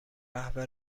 قهوه